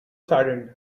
saddened